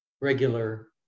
regular